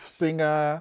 singer